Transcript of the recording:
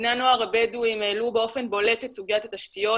בני הנוער הבדואים העלו באופן בולט את סוגיית התשתיות